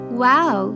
wow